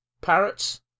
parrots